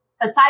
aside